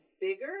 bigger